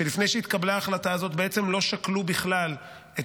שלפני שהתקבלה ההחלטה הזאת בעצם לא שקלו בכלל את